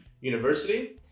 university